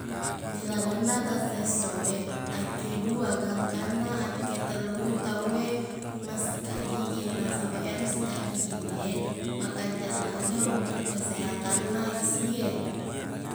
Ri lalenna taqsessowe akkedua gangkanna akketellu tauwe massikaq gigi nasabaq iyaro sikaq gigi e makanjaq laddeq untuk kesehatanna isi e